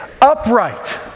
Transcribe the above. upright